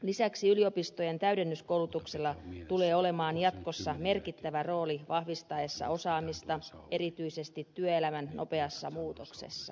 lisäksi yliopistojen täydennyskoulutuksella tulee olemaan jatkossa merkittävä rooli vahvistettaessa osaamista erityisesti työelämän nopeassa muutoksessa